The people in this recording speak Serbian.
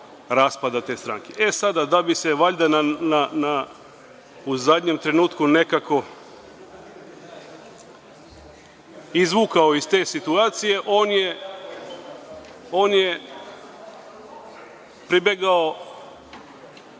raspada te stranke.E sada, da bi se valjda u zadnjem trenutku nekako izvukao iz te situacije on je pribegao